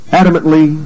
adamantly